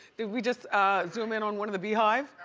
did we just zoom in on one of the beehive?